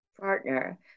partner